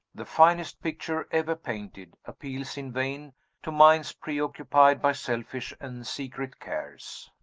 the finest picture ever painted, appeals in vain to minds preoccupied by selfish and secret cares.